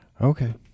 Okay